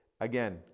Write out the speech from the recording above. again